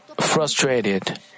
frustrated